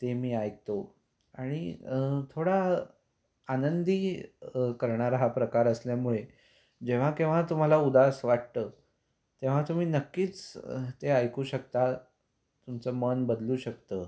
ते मी ऐकतो आणि थोडा आनंदी करणारा हा प्रकार असल्यामुळे जेव्हा केव्हा तुम्हाला उदास वाटतं तेव्हा तुम्ही नक्कीच ते ऐकू शकता तुमचं मन बदलू शकतं